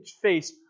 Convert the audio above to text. face